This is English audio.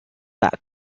that